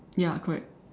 ya correct